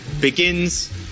begins